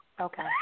Okay